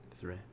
Three